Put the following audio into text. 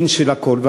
דין של הכול.